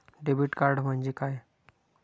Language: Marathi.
डेबिट कार्ड म्हणजे काय?